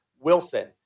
Wilson